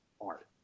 art